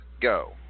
go